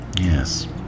Yes